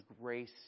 grace